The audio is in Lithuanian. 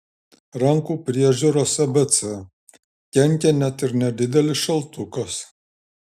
rankų priežiūros abc kenkia net ir nedidelis šaltukas